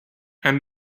and